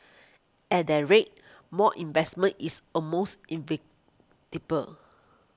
at that rate more investment is almost in way table